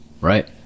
Right